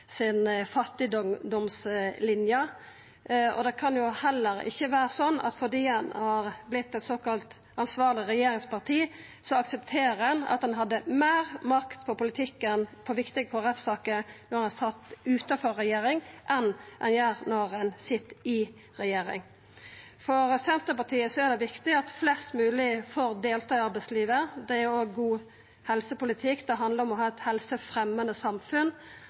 Det kan heller ikkje vera slik at fordi ein har vorte eit såkalla ansvarleg regjeringsparti, aksepterer ein at ein hadde meir makt over politikken i viktige Kristeleg Folkeparti-saker da ein var utanfor regjering enn ein har når ein sit i regjering. For Senterpartiet er det viktig at flest mogeleg får delta i arbeidslivet. Det er òg god helsepolitikk. Det handlar om å ha eit helsefremjande samfunn,